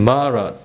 Mara